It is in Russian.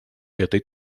этой